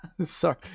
Sorry